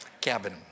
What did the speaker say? Cabin